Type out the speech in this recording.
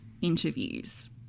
interviews